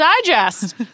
Digest